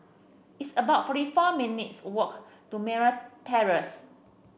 it's about forty four minutes' walk to Merryn Terrace